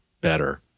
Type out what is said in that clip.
better